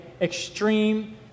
Extreme